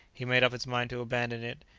he made up his mind to abandon it,